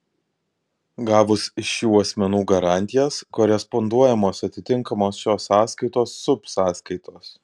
gavus iš šių asmenų garantijas koresponduojamos atitinkamos šios sąskaitos subsąskaitos